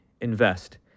invest